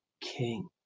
king